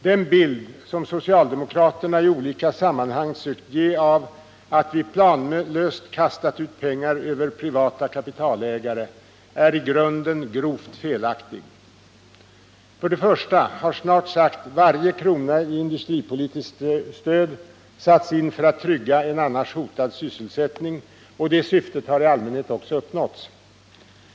Den bild som socialdemokraterna i olika sammanhang sökt ge av att vi planlöst kastat ut pengar över privata kapitalägare är i grunden grovt felaktig. För det första har snart sagt varje krona i industripolitiskt stöd satts in för att trygga en annars hotad sysselsättning, och det syftet har i allmänhet också uppnåtts.